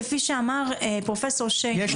כמו שאמר פרופ' שיין,